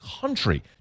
country